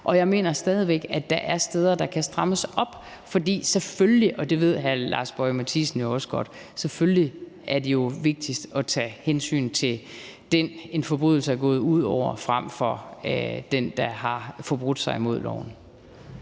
Og jeg mener stadig væk, at der er steder, hvor der kan strammes op, for selvfølgelig – og det ved hr. Lars Boje Mathiesen jo også godt – er det jo vigtigst at tage hensyn til den, en forbrydelse er gået ud over, frem for den, der har forbrudt sig mod loven.